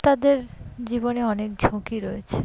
তাদের জীবনে অনেক ঝুঁকি রয়েছে